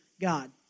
God